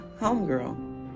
homegirl